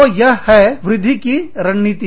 तो यह है वृद्धि की रणनीति